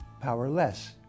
powerless